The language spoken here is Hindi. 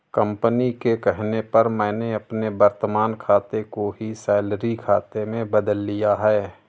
कंपनी के कहने पर मैंने अपने वर्तमान खाते को ही सैलरी खाते में बदल लिया है